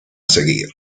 seguir